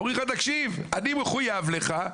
אומרים לך, תקשיב, אני מחויב לך.